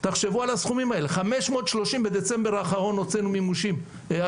תחשבו על הסכומים האלה 530 מיליון בדצמבר האחרון הוצאנו הרשאות.